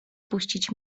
puścić